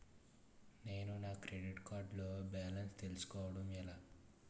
నేను నా credit card లో బాలన్స్ తెలుసుకోవడం ఎలా?